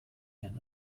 ein